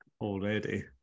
already